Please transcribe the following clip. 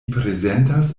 prezentas